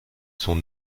sont